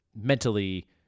mentally